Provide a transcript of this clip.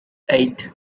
eight